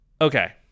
Okay